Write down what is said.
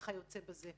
וכיוצא בזה.